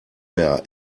mehr